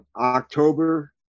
October